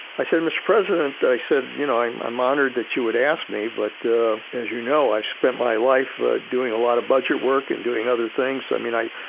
i said, mr. president, i said, you know, i'm i'm honored that you would ask me, but as you know, i spent my life doing a lot of budget work and doing other things. i mean, i,